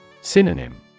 Synonym